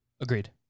Agreed